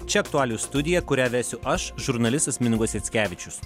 čia aktualijų studija kurią vesiu aš žurnalistas mindaugas jackevičius